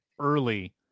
early